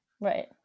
Right